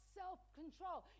self-control